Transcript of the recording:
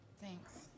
Thanks